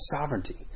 sovereignty